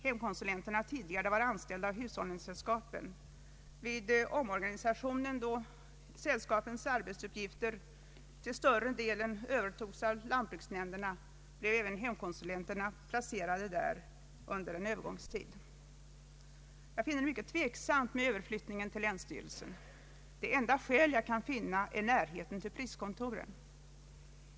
Hemkonsulenterna har tidigare varit anställda av hushållningssällskapen. Vid omorganisationen, då sällskapens arbetsuppgifter till större delen övertogs av lantbruksnämnderna, blev även hemkonsulenterna placerade där under en övergångstid. Jag finner det mycket tveksamt med överflyttningen till länsstyrelsen. Det enda skäl jag kan finna är närheten till priskontoren.